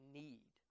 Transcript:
need